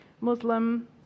Muslim